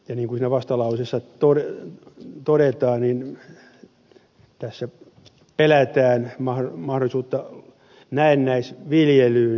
niin kuin siinä vastalauseessa todetaan siinä pelätään mahdollisuutta näennäisviljelyyn